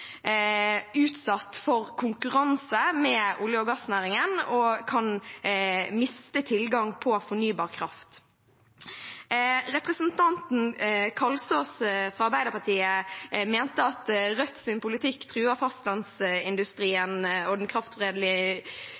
utsatt for konkurranse fra olje- og gassnæringen og kan miste tilgang på fornybar kraft. Representanten Kalsås fra Arbeiderpartiet mente at Rødts politikk truer fastlandsindustrien og den